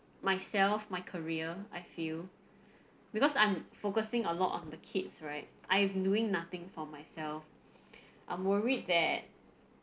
myself my career I feel because I'm focusing a lot on the kids right I'm doing nothing for myself I'm worried that